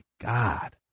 God